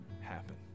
happen